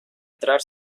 entrar